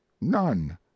none